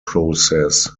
process